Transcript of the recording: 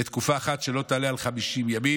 לתקופה אחת שלא תעלה על 50 ימים.